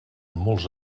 molts